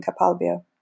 Capalbio